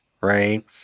Right